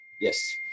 Yes